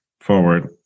forward